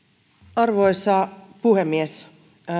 arvoisa puhemies